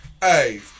Hey